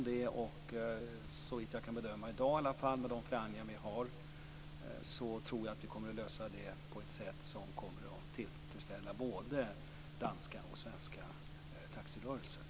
Såvitt jag kan bedöma i dag, med de förhandlingar som vi har, tror jag vi kommer att lösa det på ett sätt som kommer att tillfredsställa både den danska och den svenska taxirörelsen.